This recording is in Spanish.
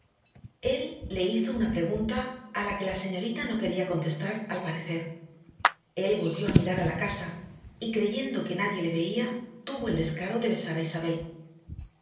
él le hizo una pregunta a la que la señorita no quería contestar al parecer él volvió a mirar a la casa y creyendo que nadie le veía tuvo el descaro de besar a isabel